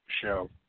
show